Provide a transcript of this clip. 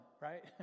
right